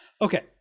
okay